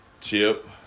Chip